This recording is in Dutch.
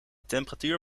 temperatuur